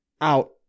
out